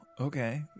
Okay